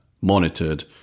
monitored